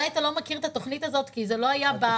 זה לא חלק מתוכנית שדה